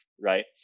right